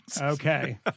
Okay